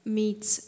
meets